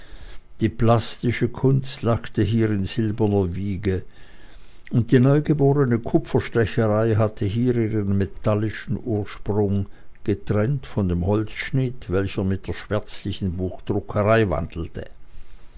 die plastische kunst lachte hier in silberner wiege und die neugeborene kupferstecherei hatte hier ihren metallischen ursprung getrennt von dem holzschnitt welcher mit der schwärzlichen buchdruckerei wandelte